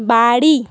বাড়ি